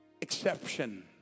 exception